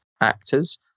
actors